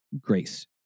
grace